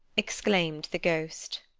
exclaimed the ghost.